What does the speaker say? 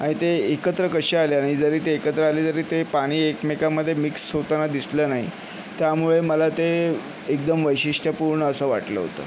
आणि ते एकत्र कसे आले आणि जरी ते एकत्र आले तरी ते पाणी एकमेकांमध्ये मिक्स होताना दिसलं नाही त्यामुळे मला ते एकदम वैशिष्ट्यपूर्ण असं वाटलं होतं